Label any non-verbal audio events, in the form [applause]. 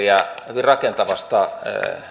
[unintelligible] ja puolustusministeriä hyvin rakentavasta